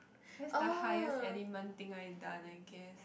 that's the highest element thing I done I guess